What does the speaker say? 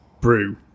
brew